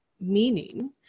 meaning